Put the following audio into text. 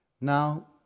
Now